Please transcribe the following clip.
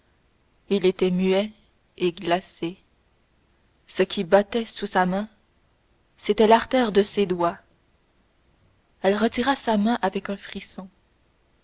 il était muet et glacé ce qui battait sous sa main c'était l'artère de ses doigts elle retira sa main avec un frisson